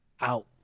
out